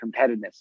competitiveness